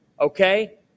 okay